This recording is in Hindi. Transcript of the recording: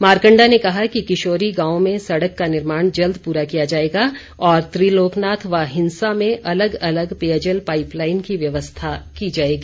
मारकंडा ने कहा कि किशोरी गांव में सड़क का निर्माण जल्द पूरा किया जाएगा और त्रिलोकनाथ व हिंसा में अलग अलग पेयजल पाईप लाईन की व्यवस्था की जाएगी